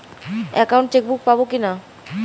Account chequebook পাবো কি না?